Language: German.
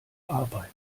arbeit